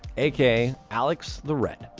aka alex the red.